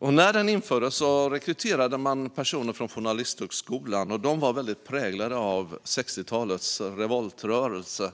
Man rekryterade personer från journalisthögskolorna, och de var så starkt präglade av 60-talets revoltrörelse